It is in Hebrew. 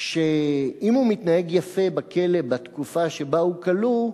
שאם הוא מתנהג יפה בכלא בתקופה שבה הוא כלוא,